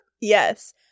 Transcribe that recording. Yes